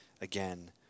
again